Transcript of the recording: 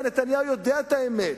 הרי נתניהו יודע את האמת.